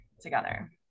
together